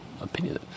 opinion